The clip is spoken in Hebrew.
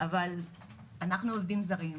אבל אנחנו עובדים זרים,